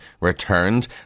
returned